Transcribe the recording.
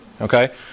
Okay